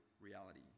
reality